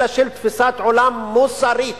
אלא גם של תפיסת עולם מוסרית,